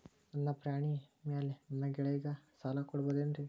ನನ್ನ ಪಾಣಿಮ್ಯಾಲೆ ನನ್ನ ಗೆಳೆಯಗ ಸಾಲ ಕೊಡಬಹುದೇನ್ರೇ?